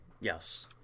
Yes